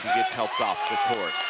gets helped off the court.